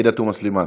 עאידה תומא סלימאן.